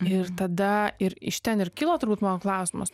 ir tada ir iš ten ir kilo turbūt mano klausimas